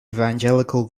evangelical